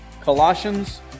Colossians